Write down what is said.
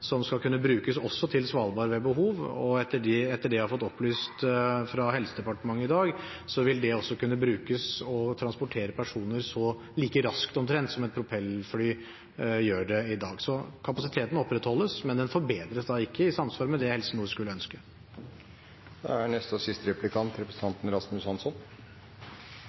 som skal kunne brukes også til Svalbard ved behov, og etter det jeg har fått opplyst fra Helse- og omsorgsdepartementet i dag, vil det kunne brukes og kan transportere personer omtrent like raskt som et propellfly gjør det i dag. Så kapasiteten opprettholdes, men den forbedres ikke i samsvar med det Helse Nord skulle ønske.